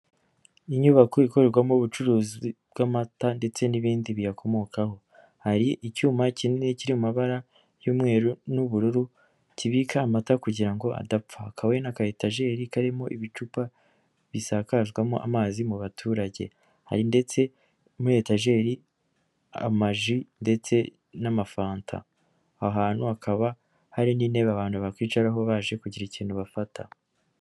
Inyubako ikorerwamo ubucuruzi bw'amata ndetse n'ibindi biyakomokaho hari icyuma kinini kiri mu mabara y'umweru n'ubururu kibika amata kugira ngo adapfa, akaba ari na ka etajeri karimo ibicupa bisakazwamo amazi mu baturage, hari ndetse muri etageri amaji ndetse n'amafanta, ahahantu hakaba hari n'intebe abantu bakwicaraho baje kugira ikintu bafata.